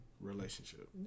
relationship